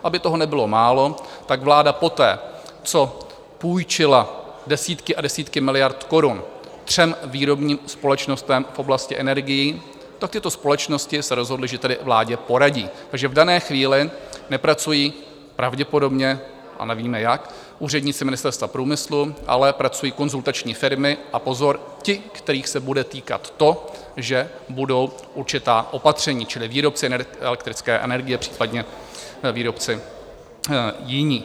Aby toho nebylo málo, vláda poté, co půjčila desítky a desítky miliard korun třem výrobním společnostem v oblasti energií, tyto společnosti se rozhodly, že tedy vládě poradí, takže v dané chvíli nepracují pravděpodobně, a nevíme jak, úředníci Ministerstva průmyslu, ale pracují konzultační firmy, a pozor, ti, kterých se bude týkat to, že budou určitá opatření, čili výrobci elektrické energie, případně výrobci jiní.